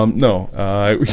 um no, i